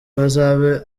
bazabe